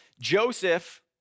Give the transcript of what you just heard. Joseph